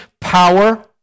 power